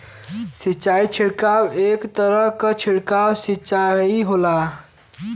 सिंचाई छिड़काव एक तरह क छिड़काव सिंचाई होला